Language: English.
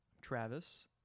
Travis